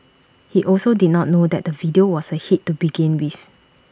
he also did not know that the video was A hit to begin with